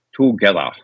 together